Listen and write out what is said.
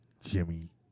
Jimmy